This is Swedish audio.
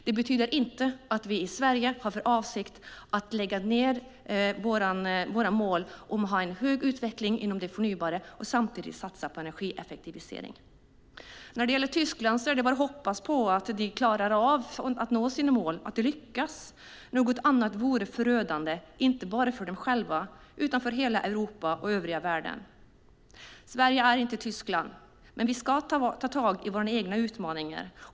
Det betyder inte att vi i Sverige har för avsikt att lägga ned våra mål om att ha en hög utveckling inom det förnybara och samtidigt satsa på energieffektivisering. När det gäller Tyskland är det bara att hoppas att de klarar av att nå sina mål, att de lyckas. Något annat vore förödande, inte bara för dem själva utan för hela Europa och övriga världen. Sverige är inte Tyskland, men vi ska ta tag i våra egna utmaningar.